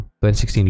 2016